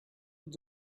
with